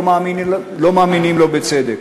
לא מאמינים לו בצדק.